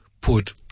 put